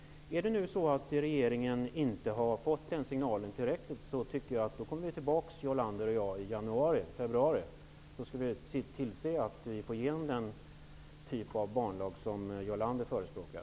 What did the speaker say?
Om nu regeringen inte har fått en tillräcklig signal tycker jag att Jarl Lander och jag skall komma tillbaka i januari, februari och se till att vi får igenom den typ av banlag som Jarl Lander förespråkar.